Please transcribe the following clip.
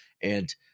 And-